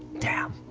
damn.